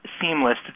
seamless